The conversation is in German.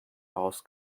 haus